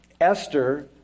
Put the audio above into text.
Esther